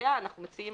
ולגביה אנחנו מציעים